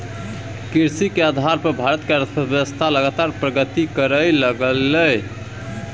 कृषि के आधार पर भारत के अर्थव्यवस्था लगातार प्रगति करइ लागलइ